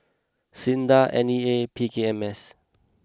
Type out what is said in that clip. Sinda N E A P K M S